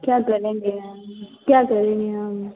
क्या करेंगे हम क्या करेंगे हम